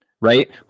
right